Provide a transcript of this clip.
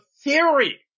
theory